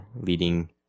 leading